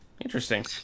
interesting